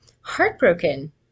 heartbroken